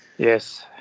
Yes